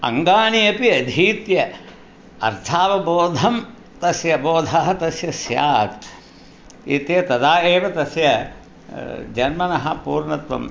अङ्गानि अपि अधीत्य अर्थावबोधं तस्य बोधः तस्य स्यात् इति तदा एव तस्य जन्मनः पूर्णत्वम्